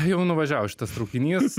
tai jau nuvažiavo šitas traukinys